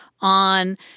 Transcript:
on